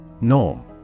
Norm